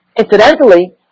Incidentally